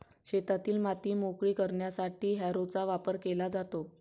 शेतातील माती मोकळी करण्यासाठी हॅरोचा वापर केला जातो